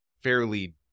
fairly